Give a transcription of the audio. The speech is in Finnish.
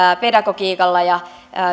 pedagogiikalla ja